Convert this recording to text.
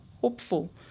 hopeful